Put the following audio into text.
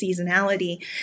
seasonality